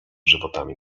żywotami